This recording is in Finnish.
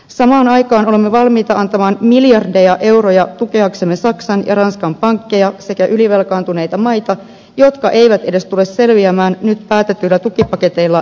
samaan aikaan olemme valmiita antamaan miljardeja euroja tukeaksemme saksan ja ranskan pankkeja sekä ylivelkaantuneita maita jotka eivät tule selviämään edes nyt päätetyillä tukipaketeilla ja toimilla